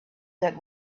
that